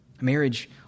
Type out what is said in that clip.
Marriage